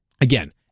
Again